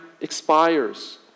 expires